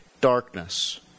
darkness